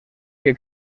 que